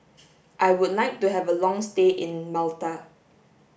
I would like to have a long stay in Malta